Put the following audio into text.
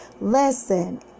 listen